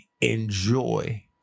enjoy